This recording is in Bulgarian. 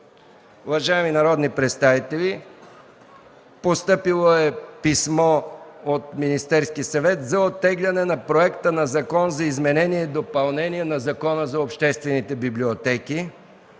Уважаеми народни представители, постъпило е писмо от Министерския съвет за оттегляне на Проектозакона за изменение и допълнение на Закона за обществените библиотеки,